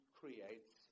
creates